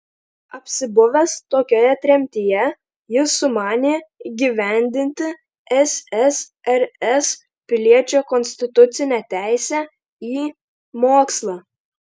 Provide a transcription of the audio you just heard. apsibuvęs tokioje tremtyje jis sumanė įgyvendinti ssrs piliečio konstitucinę teisę į mokslą